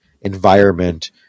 environment